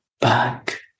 back